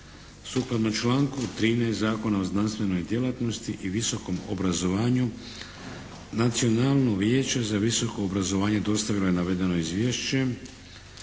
Sukladno članku 13. Zakona o znanstvenoj djelatnosti i visokom obrazovanju Nacionalno vijeće za visoko obrazovanje dostavilo je navedeno Izvješće.